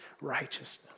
righteousness